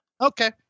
Okay